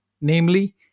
namely